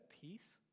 peace